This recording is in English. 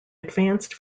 advanced